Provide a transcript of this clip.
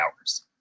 hours